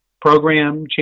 program